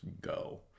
go